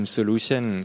Solution